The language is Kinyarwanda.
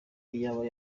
iyaba